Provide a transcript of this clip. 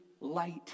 light